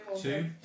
two